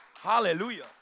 hallelujah